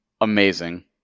amazing